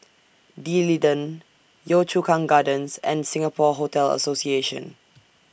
D'Leedon Yio Chu Kang Gardens and Singapore Hotel Association